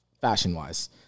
fashion-wise